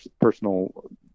personal